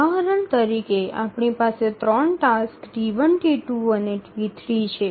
ઉદાહરણ તરીકે આપની પાસે 3 ટાસક્સ T1 T2 અને T3 છે